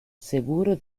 seguro